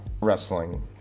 Wrestling